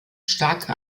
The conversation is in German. starke